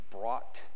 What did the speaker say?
brought